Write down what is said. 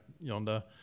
yonder